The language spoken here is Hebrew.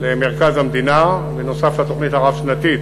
למרכז המדינה, נוסף על התוכנית הרב-שנתית